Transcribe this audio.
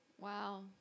Wow